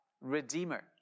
redeemer